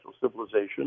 civilization